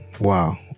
Wow